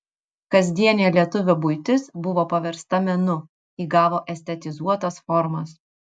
kasdienė lietuvio buitis buvo paversta menu įgavo estetizuotas formas